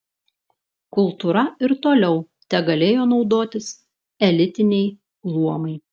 kultūra ir toliau tegalėjo naudotis elitiniai luomai